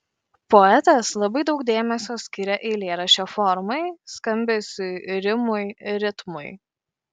poetas labai daug dėmesio skiria eilėraščio formai skambesiui rimui ritmui